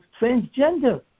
transgender